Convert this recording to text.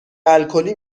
الکلی